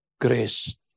grace